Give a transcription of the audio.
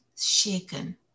shaken